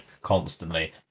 constantly